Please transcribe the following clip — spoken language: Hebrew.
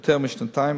יותר משנתיים,